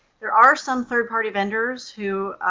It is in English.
there are some third-party vendors who